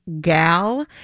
gal